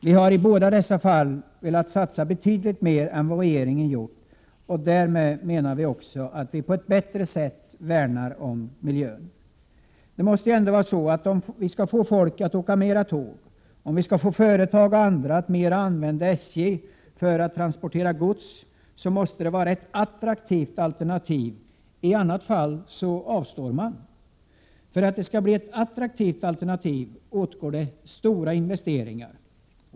Vi har i båda dessa fall velat satsa betydligt mer än regeringen. Därmed värnar vi om miljön på ett bättre sätt. Om vi skall få folk att åka tåg i större utsträckning och om vi skall få företag och andra att i högre grad använda SJ för godstransporter, måste järnvägen vara ett attraktivt alternativ — i annat fall avstår man. För att järnvägen skall bli ett attraktivt alternativ krävs stora investeringar.